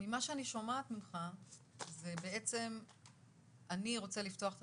ממה שאני שומעת ממך זה בעצם אני רוצה לפתוח את